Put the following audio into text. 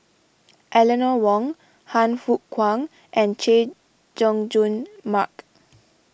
Eleanor Wong Han Fook Kwang and Chay Jung Jun Mark